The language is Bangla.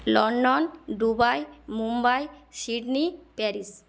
London Dubai Mumbai Sydney Paris